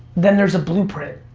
then there's a blueprint.